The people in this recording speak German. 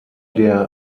der